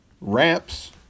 ramps